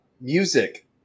Music